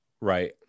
right